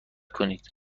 کنید